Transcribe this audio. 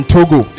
Togo